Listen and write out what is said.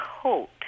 coat